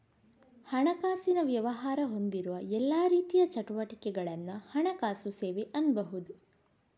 ಹಣಕಾಸಿನ ವ್ಯವಹಾರ ಹೊಂದಿರುವ ಎಲ್ಲಾ ರೀತಿಯ ಚಟುವಟಿಕೆಗಳನ್ನ ಹಣಕಾಸು ಸೇವೆ ಅನ್ಬಹುದು